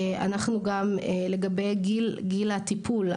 לגבי גיל הטיפול,